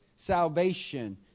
salvation